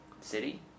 City